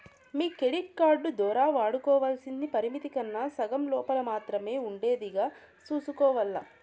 మీ credit card దోరా వాడుకోవల్సింది పరిమితి కన్నా సగం లోపల మాత్రమే ఉండేదిగా సూసుకోవాల్ల